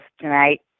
tonight